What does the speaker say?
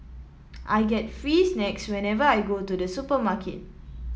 I get free snacks whenever I go to the supermarket